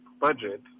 budget